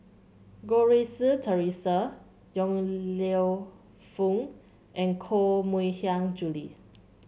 Goh Rui Si Theresa Yong Lew Foong and Koh Mui Hiang Julie